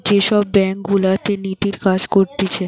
যে সব ব্যাঙ্ক গুলাতে নীতির সাথে কাজ করতিছে